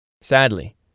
Sadly